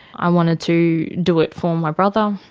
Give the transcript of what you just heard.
i wanted to do it for my brother,